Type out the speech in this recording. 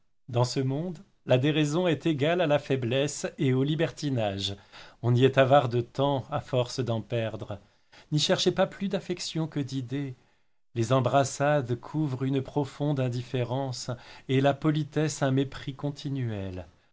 dans ce monde la déraison est égale à la faiblesse et au libertinage on y est avare de temps à force d'en perdre n'y cherchez pas plus d'affections que d'idées les embrassades couvrent une profonde indifférence et la politesse un mépris continuel